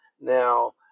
Now